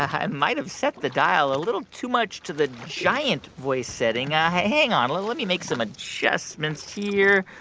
i might've set the dial a little too much to the giant voice setting. hang on. let let me make some adjustments here.